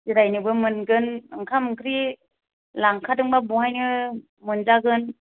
जिरायनोबो मोनगोन ओंखाम ओंख्रि लांखादोंबा बहायनो मोनजागोन